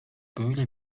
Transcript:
böyle